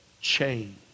change